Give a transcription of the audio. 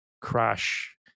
crash